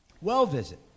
well-visit